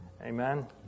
Amen